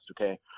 Okay